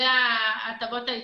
אלה ההטבות העיקריות.